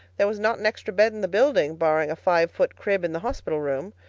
there was not an extra bed in the building, barring a five-foot crib in the hospital room.